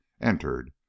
entered